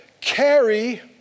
carry